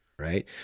Right